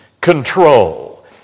control